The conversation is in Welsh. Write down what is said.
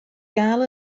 gael